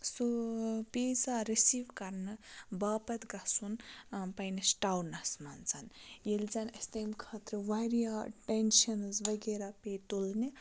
سُہ pizza receive کَرنہٕ باپَتھ گَژھُن پنٛنِس ٹاونَس منٛز ییٚلہِ زَن اَسہِ تمہِ خٲطرٕ واریاہ ٹیٚنشَنٕز وغیرہ پیٚیہِ تُلنہِ